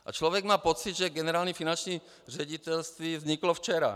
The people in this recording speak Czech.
A člověk má pocit, že Generální finanční ředitelství vzniklo včera.